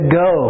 go